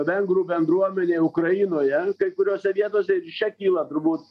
vengrų bendruomenė ukrainoje kai kuriose vietose ir čia kyla turbūt